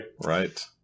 right